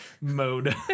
mode